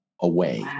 away